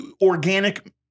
organic